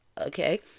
okay